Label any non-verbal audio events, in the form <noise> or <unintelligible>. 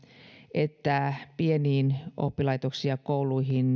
että pieniin oppilaitoksiin ja kouluihin <unintelligible>